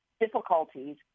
difficulties